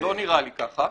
לא נראה לי ככה.